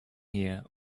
here